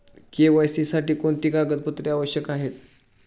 KYC साठी कोणती कागदपत्रे आवश्यक आहेत?